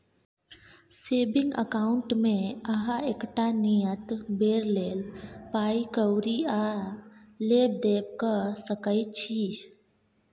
saving अकाउंटमे अहाँ एकटा नियत बेर लेल पाइ कौरी आ लेब देब कअ सकै छी